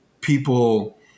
people